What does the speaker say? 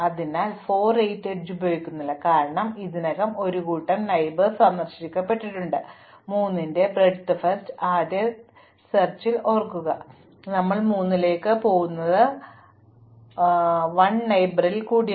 അതുപോലെ ഞങ്ങൾ 4 8 എഡ്ജ് ഉപയോഗിക്കുന്നില്ല കാരണം ഇത് ഇതിനകം ഒരു കൂട്ടം അയൽക്കാരായി സന്ദർശിക്കപ്പെട്ടിട്ടുണ്ട് 3 ന്റെ വീതിയേറിയ ആദ്യ തിരയലിൽ ഓർക്കുക ഞങ്ങൾ 3 ലേക്ക് പോകുന്നത് 1 ഘട്ട അയൽവാസികളാണ്